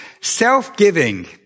Self-giving